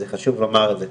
חשוב לומר את זה.